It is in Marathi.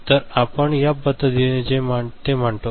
तर आपण या पद्धतीने ते मांडतो